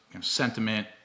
sentiment